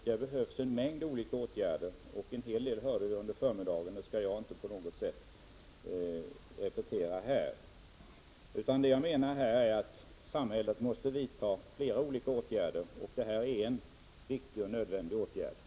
Det behövs en mängd olika åtgärder. Det sades en hel del om det under förmiddagens särskilda våldsdebatt. Det skall jag inte upprepa nu. Samhället måste dock vidta flera olika åtgärder. Det här är en viktig och nödvändig åtgärd.